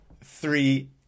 three